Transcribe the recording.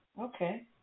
Okay